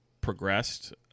progressed